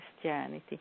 Christianity